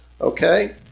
Okay